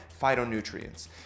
phytonutrients